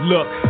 Look